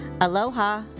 Aloha